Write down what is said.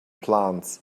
plants